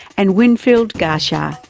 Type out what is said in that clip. and winfried garscha,